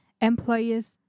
employers